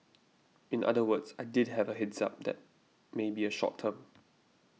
in other words I did have a heads up that may be a short term